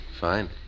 Fine